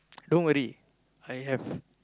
don't worry I have